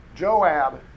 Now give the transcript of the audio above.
Joab